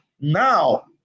Now